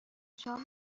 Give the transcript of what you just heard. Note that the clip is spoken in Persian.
شام